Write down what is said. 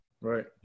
Right